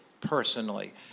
personally